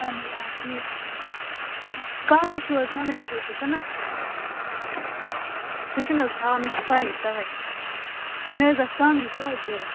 اَہَن حظ آ ٹھیٖک کانٛگرِ چھِو حظ کانٛگرِ چھِو حظ تُہۍ کٕنان تُہۍ چھُو نہَ حظ تھاوان مےٚ چھِ پےَ تَوے مےٚ حظ ٲس کانٛگرِ ساس ضوٚرَتھ